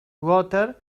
water